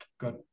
got